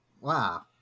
Wow